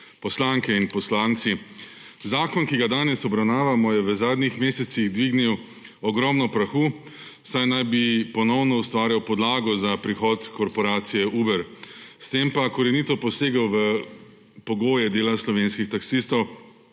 poslanke in poslanci! Zakon, ki ga danes obravnavamo, je v zadnjih mesecih dvignil ogromno prahu, saj naj bi ponovno ustvarjal podlago za prihod korporacije Uber, s tem pa korenito posegel v pogoje dela slovenskih taksistov,